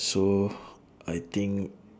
so I think